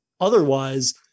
otherwise